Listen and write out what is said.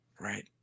Right